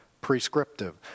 prescriptive